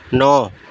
نو